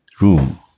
room